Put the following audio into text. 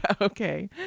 Okay